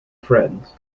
friends